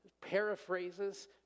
paraphrases